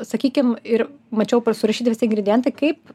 sakykim ir mačiau surašyti visi igridientai kaip